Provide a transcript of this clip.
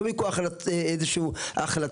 לא מכוח איזה שהיא החלטה,